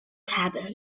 cabin